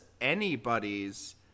anybody's